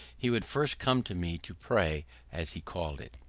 he would first come to me to pray, as he called it.